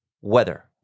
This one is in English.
weather